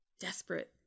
desperate